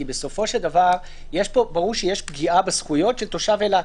כי בסופו של דבר ברור שיש פגיעה בזכויות של תושב אילת,